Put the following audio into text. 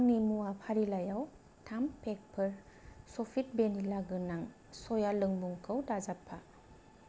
आंनि मुवा फारिलाइयाव थाम पेक'फोर स'फिट वेनिला गोनां सया लोंमुखौ दाजाबफा